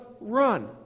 run